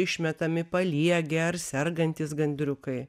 išmetami paliegę ar sergantys gandriukai